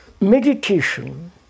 Meditation